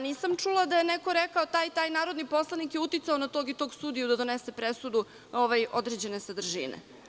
Nisam čula da je neko rekao – taj i taj narodni poslanik je uticao na tog i tog sudiju da donese presudu određene sadržine.